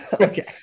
Okay